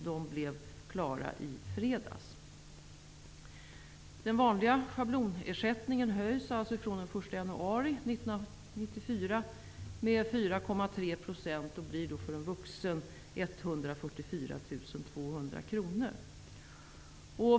De blev klara i fredags. 144 200 kr.